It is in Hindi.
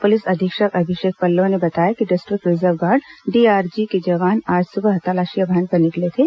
पुलिस अधीक्षक अभिषेक पल्लव ने बताया कि डिस्ट्रिक्ट रिजर्व गार्ड डीआरजी के जवान आज सुबह तलाशी अभियान पर निकले थे